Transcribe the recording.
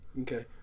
Okay